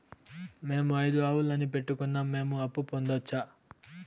మేము ఐదు ఆవులని పెట్టుకున్నాం, మేము అప్పు పొందొచ్చా